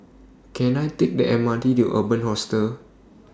Can I Take The M R T to Urban Hostel